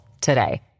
today